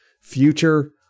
Future